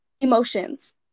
emotions